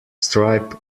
stripe